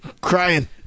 Crying